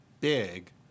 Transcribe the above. big